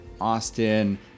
austin